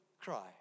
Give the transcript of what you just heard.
cry